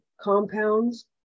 compounds